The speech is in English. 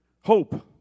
hope